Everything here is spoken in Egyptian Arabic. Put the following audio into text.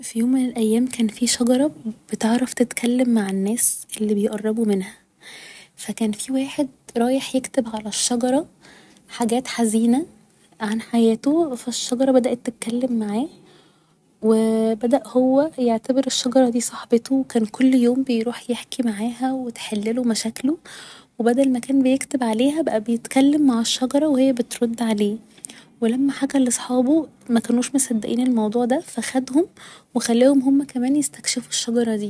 في يوم من الأيام كان في شجرة بتعرف تتكلم مع الناس اللي بيقربوا منها فكان في واحد رايح يكتب على الشجرة حاجات حزينة عن حياته فالشجرة بدأت تتكلم معاه و بدأ هو يعتبر الشجرة دي صاحبته و كان كل يوم بيروح يحكي معاها و تحلله مشاكله و بدل ما كان بيكتب عليها بقا بيتكلم مع الشجرة و هي بترد عليه و لما حكى لصحابه مكانوش مصدقين الموضوع ده فخدهم و خلاهم هما كمان يستكشفوا الشجرة دي